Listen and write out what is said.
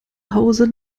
hause